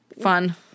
fun